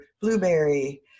Blueberry